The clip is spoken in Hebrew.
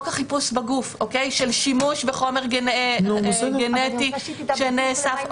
החיפוש בגוף של שימוש בחומר גנטי שנאסף.